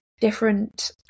different